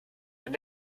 man